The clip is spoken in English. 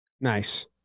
Nice